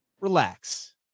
relax